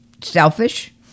selfish